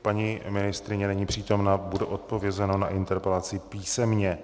Paní ministryně není přítomna, bude odpovězeno na interpelaci písemně.